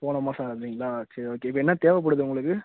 போன மாதம் ஆறாந்தேதிங்களா சரி ஓகே இப்போ என்ன தேவைப்படுது உங்களுக்கு